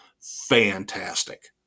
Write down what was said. fantastic